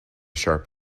sharp